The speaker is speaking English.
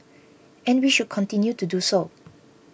and we should continue to do so